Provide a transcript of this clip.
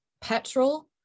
petrol